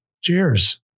Cheers